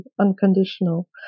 unconditional